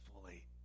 fully